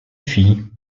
fille